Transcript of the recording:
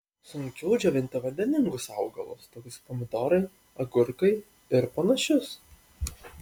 sunkiau džiovinti vandeningus augalus tokius kaip pomidorai agurkai ir panašius